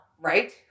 Right